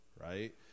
right